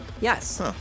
Yes